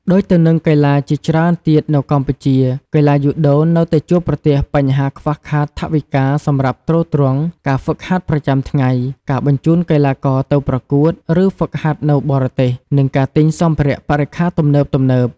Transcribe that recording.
ដូចទៅនឹងកីឡាជាច្រើនទៀតនៅកម្ពុជា កីឡាយូដូនៅតែជួបប្រទះបញ្ហាខ្វះខាតថវិកាសម្រាប់ទ្រទ្រង់ការហ្វឹកហាត់ប្រចាំថ្ងៃ ការបញ្ជូនកីឡាករទៅប្រកួត ឬហ្វឹកហាត់នៅបរទេស និងការទិញសម្ភារៈបរិក្ខារទំនើបៗ ។